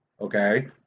okay